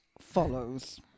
follows